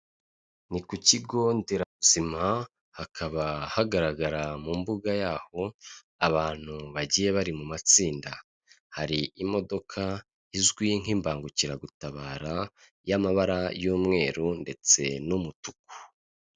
Ni ku kigo nderabuzima, hakaba hagaragara mu mbuga yaho, abantu bagiye bari mu matsinda, hari imodoka izwi nk'imbangukiragutabara y'amabara y'umweru ndetse n'umutuku.